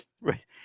right